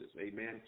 amen